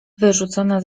wyrzucona